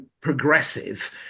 progressive